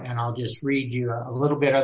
and i'll just read you a little bit of